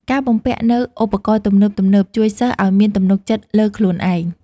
ការបំពាក់នូវឧបករណ៍ទំនើបៗជួយសិស្សឱ្យមានទំនុកចិត្តលើខ្លួនឯង។